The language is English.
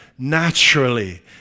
naturally